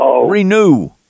renew